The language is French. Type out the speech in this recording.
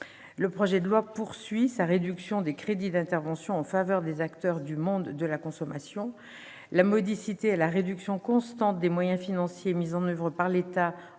le projet de loi de finances poursuit la réduction des crédits d'intervention en faveur des acteurs du monde de la consommation, la modicité et la réduction constante des moyens financiers mis en oeuvre par l'État en